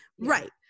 Right